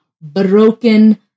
broken